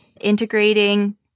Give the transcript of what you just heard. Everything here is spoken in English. integrating